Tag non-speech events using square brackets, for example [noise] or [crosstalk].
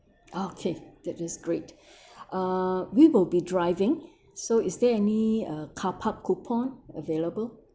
okay that is great [breath] uh we will be driving so is there any uh car park coupon available